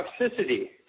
toxicity